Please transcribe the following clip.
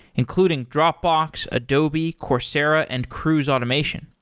including dropbox, adobe, coursera and cruise automation.